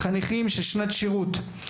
בני ובנות שנת שירות,